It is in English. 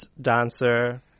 dancer